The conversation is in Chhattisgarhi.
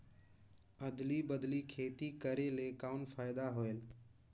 अदली बदली खेती करेले कौन फायदा होयल?